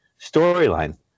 storyline